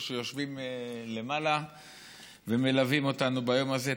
יושבים למעלה ומלווים אותנו ביום הזה,